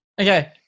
Okay